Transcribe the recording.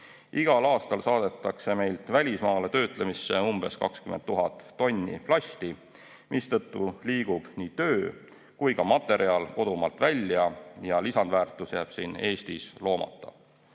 Igal aastal saadetakse meilt välismaale töötlemisse umbes 20 000 tonni plasti, mistõttu liigub nii töö kui ka materjal kodumaalt välja ja lisandväärtus jääb Eestis loomata.